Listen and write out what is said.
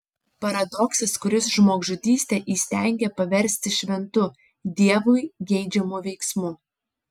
paradoksas kuris žmogžudystę įstengia paversti šventu dievui geidžiamu veiksmu